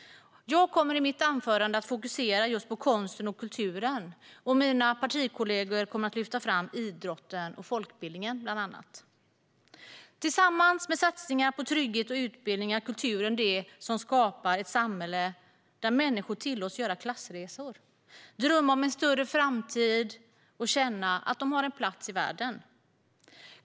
Jag kommer i mitt anförande att fokusera på konsten och kulturen, och mina partikollegor kommer att lyfta fram idrotten och folkbildningen med mera. Tillsammans med satsningar på trygghet och utbildning är kulturen det som skapar ett samhälle där människor tillåts göra klassresor, drömma om en större framtid och känna att de har en plats i världen.